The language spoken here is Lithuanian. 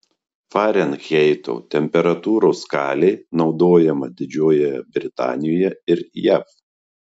farenheito temperatūros skalė naudojama didžiojoje britanijoje ir jav